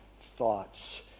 thoughts